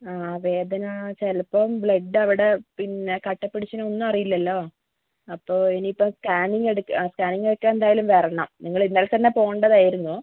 ആ വേദന ചിലപ്പോൾ ബ്ലഡ് അവിടെ പിന്നെ കട്ട പിടിച്ചിനോ ഒന്നും അറിയില്ലല്ലോ അപ്പോൾ എനി ഇപ്പം സ്കാനിംഗ് എടുക്ക ആ സ്കാനിംഗ് എടുക്കാൻ എന്തായാലും വരണം നിങ്ങൾ ഇന്നലെ തന്നെ പോവേണ്ടത് ആയിരുന്നു